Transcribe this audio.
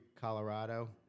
Colorado